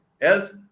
else